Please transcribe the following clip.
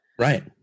right